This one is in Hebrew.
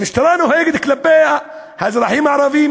המשטרה נוהגת כלפי האזרחים הערבים,